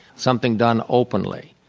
something done openly,